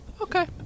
Okay